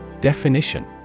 Definition